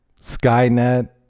Skynet